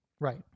Right